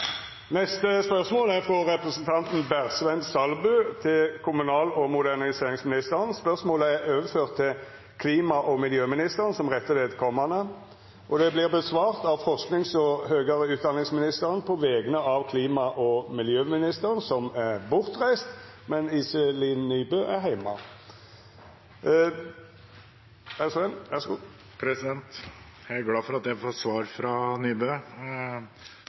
spørsmål 4. Dette spørsmålet, frå representanten Bersvend Salbu til kommunal- og moderniseringsministeren, er overført til klima- og miljøministeren som rette vedkomande. Spørsmålet vil verta svara på av forskings- og høgare utdanningsministeren på vegner av klima- og miljøministeren, som er bortreist. Jeg er glad for at jeg får svar fra statsråd Nybø